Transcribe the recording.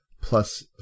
plus